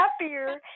happier